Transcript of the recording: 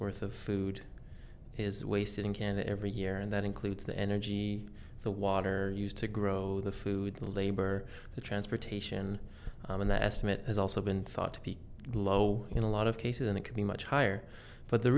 worth of food is wasted in canada every year and that includes the energy the water used to grow the food the labor the transportation and the estimate has also been thought to be low in a lot of cases and it could be much higher but the